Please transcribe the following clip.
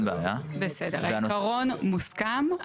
אין מורשה --- העיקרון מוסכם,